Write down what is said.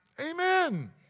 Amen